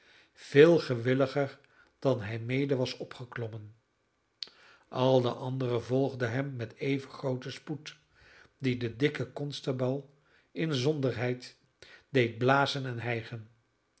veel gewilliger dan hij mede was opgeklommen al de anderen volgden hem met even grooten spoed die den dikken constabel inzonderheid deed blazen en hijgen